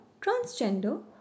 transgender